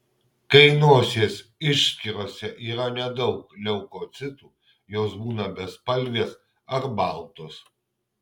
kai nosies išskyrose yra nedaug leukocitų jos būna bespalvės ar baltos